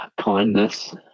kindness